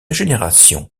génération